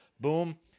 boom